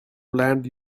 land